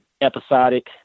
episodic